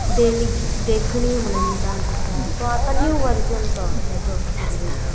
देणगी देखणीय म्हणून डांस आसा तो आतां न्यू वर्जन तो हेजो फुगडेचो